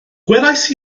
gwelais